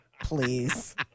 Please